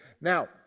now